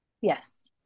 Yes